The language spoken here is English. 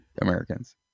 Americans